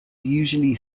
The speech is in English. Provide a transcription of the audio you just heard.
usually